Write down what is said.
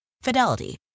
Fidelity